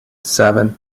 seven